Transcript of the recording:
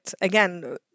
again